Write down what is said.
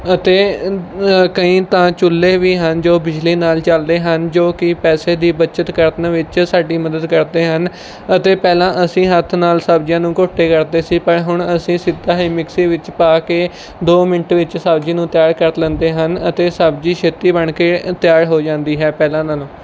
ਅਤੇ ਕਈ ਤਾਂ ਚੁੱਲ੍ਹੇ ਵੀ ਹਨ ਜੋ ਬਿਜਲੀ ਨਾਲ਼ ਚੱਲਦੇ ਹਨ ਜੋ ਕਿ ਪੈਸੇ ਦੀ ਬੱਚਤ ਕਰਨ ਵਿੱਚ ਸਾਡੀ ਮਦਦ ਕਰਦੇ ਹਨ ਅਤੇ ਪਹਿਲਾਂ ਅਸੀਂ ਹੱਥ ਨਾਲ਼ ਸਬਜ਼ੀਆਂ ਨੂੰ ਘੋਟੇ ਕਰਦੇ ਸੀ ਪਰ ਹੁਣ ਅਸੀਂ ਸਿੱਧਾ ਹੀ ਮਿਕਸੀ ਵਿੱਚ ਪਾ ਕੇ ਦੋ ਮਿੰਟ ਵਿੱਚ ਸਬਜ਼ੀ ਨੂੰ ਤਿਆਰ ਕਰ ਲੈਂਦੇ ਹਨ ਅਤੇ ਸਬਜ਼ੀ ਛੇਤੀ ਬਣ ਕੇ ਤਿਆਰ ਹੋ ਜਾਂਦੀ ਹੈ ਪਹਿਲਾਂ ਨਾਲੋਂ